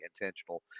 intentional